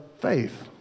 faith